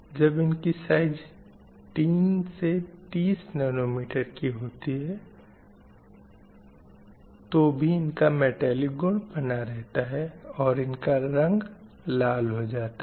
जब इनकी size 3 30 nm की होती है तो भी इनका मटैलिक गुण बना रहता है और इनका रंग लाल हो जाता है